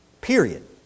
Period